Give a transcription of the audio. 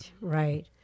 right